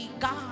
God